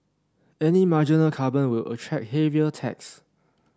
any marginal carbon will attract heavier tax